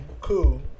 Cool